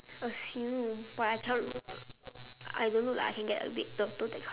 assume but I cannot I don't look like I can get a baby daughter that kind